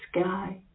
sky